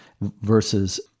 versus